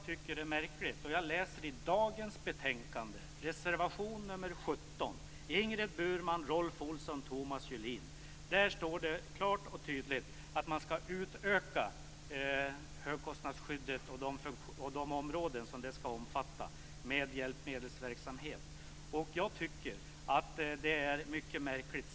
Fru talman! Jag läser i dagens betänkande reservation nr 17 av Ingrid Burman, Rolf Olsson och Thomas Julin. Där står det klart och tydligt att man vill utöka högkostnadsskyddet och de områden som det skall omfatta med hjälpmedelsverksamhet. Jag tycker att det är mycket märkligt.